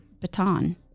baton